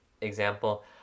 example